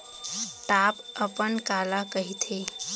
Top अपन काला कहिथे?